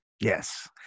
yes